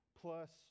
plus